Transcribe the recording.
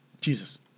Jesus